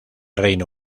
reino